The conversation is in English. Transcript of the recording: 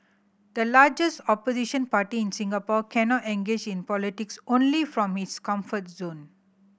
the largest opposition party in Singapore cannot engage in politics only from its comfort zone